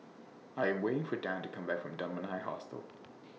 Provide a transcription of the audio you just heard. I Am waiting For Dan to Come Back from Dunman High Hostel